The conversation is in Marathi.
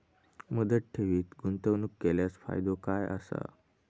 मुदत ठेवीत गुंतवणूक केल्यास फायदो काय आसा?